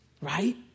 Right